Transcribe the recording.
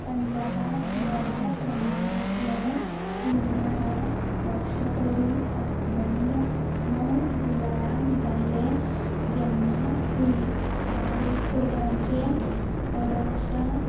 पंजाबांत व्हडा प्रमाणांतले निर्माणे लक्षकरी बंड णव जुलयाक जाल्लें जेन्ना सी हालकोटाचे चडशा